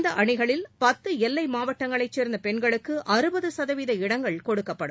இந்த அணிகளில் பத்து எல்லை மாவட்டங்களைச் சேர்ந்த பெண்களுக்கு அறுபது சதவீத இடங்கள் கொடுக்கப்படும்